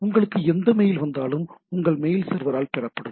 உங்களுக்கு எந்த மெயில் வந்தாலும் உங்கள் மெயில் சர்வரால் பெறப்படும்